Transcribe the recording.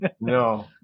No